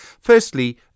Firstly